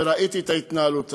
וראיתי את ההתנהלות,